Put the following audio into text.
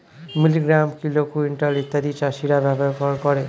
milligram, kilo, quintal ইত্যাদি চাষীরা ব্যবহার করে